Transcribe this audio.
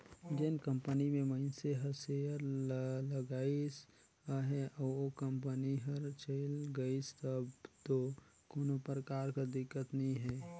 जेन कंपनी में मइनसे हर सेयर ल लगाइस अहे अउ ओ कंपनी हर चइल गइस तब दो कोनो परकार कर दिक्कत नी हे